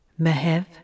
Mehev